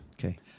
Okay